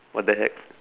what the heck